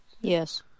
Yes